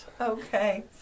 Okay